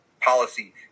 policy